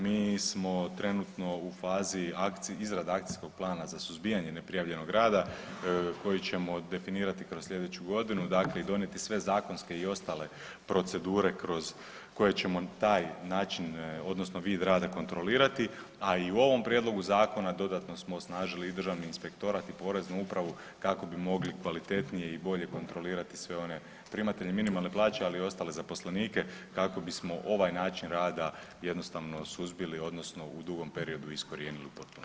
Mi smo trenutno u fazi akcije, izrada akcijskog plana za suzbijanje neprijavljenog rada koji ćemo definirati kroz sljedeću godinu, dakle i donijeti sve zakonske i ostale procedure kroz koje ćemo taj način, odnosno vid rada kontrolirati, a i u ovom Prijedlogu zakona dodatno smo osnažili i Državni inspektorat i Poreznu upravu, kako bi mogli kvalitetnije i bolje kontrolirati sve one primatelje minimalne plaće, ali i ostale zaposlenike kako bismo ovaj način rada jednostavno suzbili odnosno, u dugom periodu iskorijenili u potpunosti.